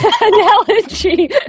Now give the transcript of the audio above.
analogy